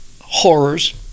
horrors